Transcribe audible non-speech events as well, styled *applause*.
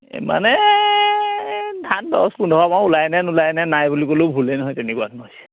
মানে ধান দহ পোন্ধৰ *unintelligible* নাই বুলি ক'লেও ভুলেই নহয় তেনেকুৱা *unintelligible*